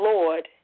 Lord